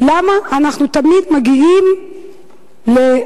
למה תמיד אנחנו מגיעים למקרים